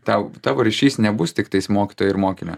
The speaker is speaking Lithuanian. tau tavo ryšys nebus tiktais mokytojų ir mokyme